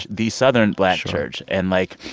the southern black church. and like,